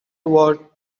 toward